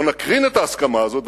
בואו נקרין את ההסכמה הזאת.